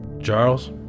Charles